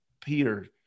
Peter